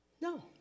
No